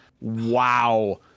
wow